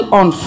on